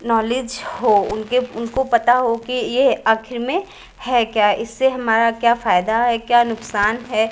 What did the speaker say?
knowledge हो उनके उनको पता हो कि यह आखिर में है क्या इससे हमारा क्या फ़ायदा है क्या नुकसान है